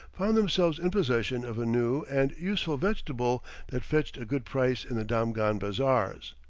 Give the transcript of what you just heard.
found themselves in possession of a new and useful vegetable that fetched a good price in the damghan bazaars.